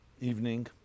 evening